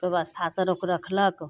बेबस्थासँ लोक रखलक